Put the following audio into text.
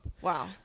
wow